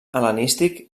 hel·lenístic